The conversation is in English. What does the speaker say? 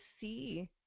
see